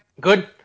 good